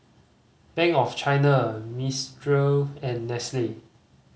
Bank of China Mistral and Nestle